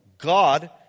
God